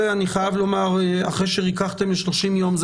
אחרי שריככתם ל-30 יום,